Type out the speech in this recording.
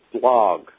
blog